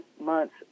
months